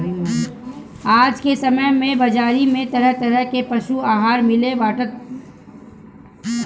आज के समय में बाजारी में तरह तरह के पशु आहार मिले लागल बाटे